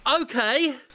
okay